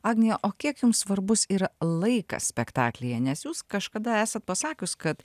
agnija o kiek jums svarbus yra laikas spektaklyje nes jūs kažkada esat pasakius kad